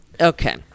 Okay